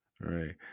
Right